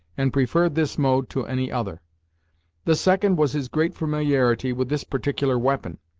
and preferred this mode to any other the second was his great familiarity with this particular weapon,